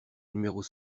numéros